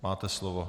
Máte slovo.